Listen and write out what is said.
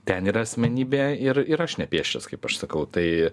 ten yra asmenybė ir ir aš nepėsčias kaip aš sakau tai